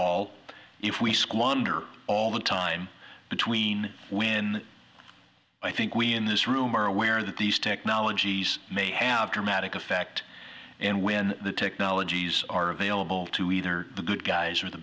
all if we squander all the time between when i think we in this room are aware that these technologies may have dramatic effect and when the technologies are available to either the good guys or the